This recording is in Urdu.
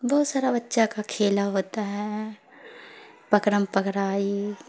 بہت سارا بچہ کا کھیلا ہوتا ہے پکڑم پکڑائی